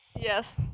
Yes